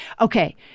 Okay